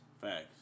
Facts